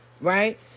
Right